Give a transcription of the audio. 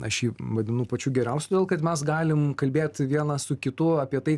aš jį vadinu pačiu geriausiu kad mes galim kalbėt vienas su kitu apie tai